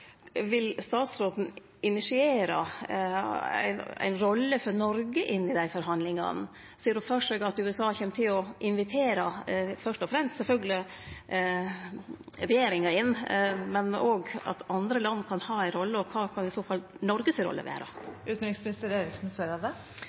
Vil utanriksministeren initiere ei rolle for Noreg inn i dei forhandlingane? Ser ho føre seg at USA kjem til å invitere inn fyrst og fremst regjeringa, sjølvsagt, men at òg andre land kan ha ei rolle, og kva kan i så fall Noregs rolle